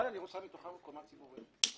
כאשר אני רוצה מתוכן קומה ציבורית,